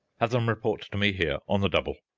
have them report to me here on the double!